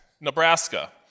nebraska